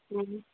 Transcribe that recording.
ꯎꯝ